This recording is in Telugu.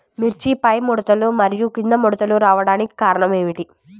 మిర్చిలో పైముడతలు మరియు క్రింది ముడతలు రావడానికి కారణం ఏమిటి?